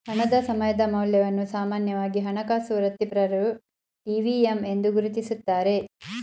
ಹಣದ ಸಮಯದ ಮೌಲ್ಯವನ್ನು ಸಾಮಾನ್ಯವಾಗಿ ಹಣಕಾಸು ವೃತ್ತಿಪರರು ಟಿ.ವಿ.ಎಮ್ ಎಂದು ಗುರುತಿಸುತ್ತಾರೆ